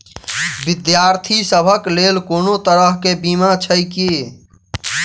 विद्यार्थी सभक लेल कोनो तरह कऽ बीमा छई की?